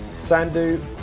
Sandu